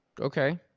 Okay